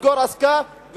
לסגור עסקה,